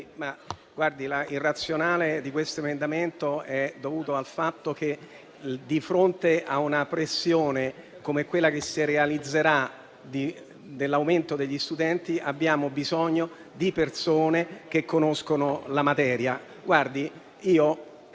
la ragione di questo emendamento è il fatto che, di fronte a una pressione come quella che si realizzerà con l'aumento degli studenti, avremo bisogno di persone che conoscono la materia.